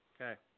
Okay